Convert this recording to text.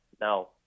Now